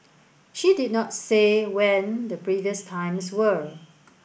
she did not say when the previous times were